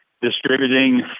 Distributing